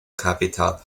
capital